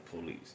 police